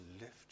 lift